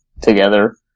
together